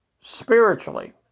spiritually